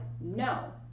no